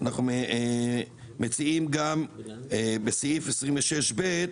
אנחנו מציעים גם בסעיף 26ב,